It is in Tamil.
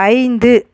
ஐந்து